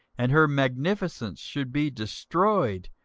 and her magnificence should be destroyed,